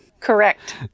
Correct